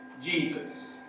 Jesus